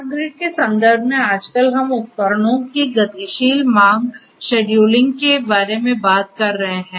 smart grid के संदर्भ में आजकल हम उपकरणों की गतिशील मांग शेड्यूलिंग के बारे में बात कर रहे हैं